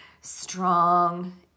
strong